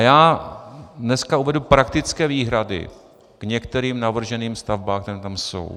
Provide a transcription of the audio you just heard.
Já dneska uvedu praktické výhrady k některým navrženým stavbám, které tam jsou.